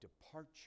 departure